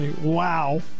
Wow